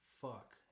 fuck